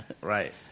Right